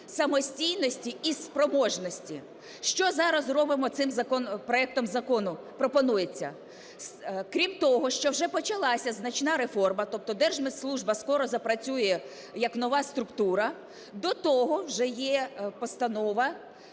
самостійності і спроможності. Що зараз пропонується зробити цим проектом закону? Крім того, що вже почалася значна реформа, тобто Держмитслужба скоро запрацює як нова структура. До того вже є постанова,